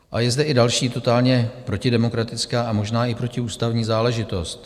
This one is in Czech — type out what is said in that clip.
A je zde i další totálně protidemokratická a možná i protiústavní záležitost.